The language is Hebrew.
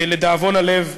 לדאבון הלב,